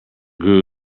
grew